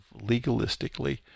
legalistically